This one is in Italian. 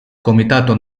comitato